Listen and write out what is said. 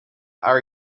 are